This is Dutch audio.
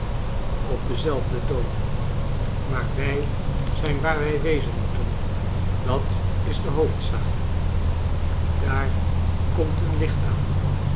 op denzelfden toon maar wij zijn waar wij wezen moeten dat is de hoofdzaak daar komt een licht aan